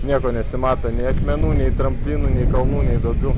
nieko nesimato nei akmenų nei tramplynų nei kalnų nei duobių